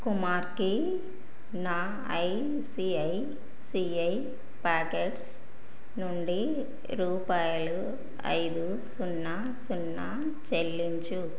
కుమార్కి నా ఐసిఐసిఐ పాకెట్స్ నుండి రూపాయలు ఐదు సున్నా సున్నా చెల్లించుము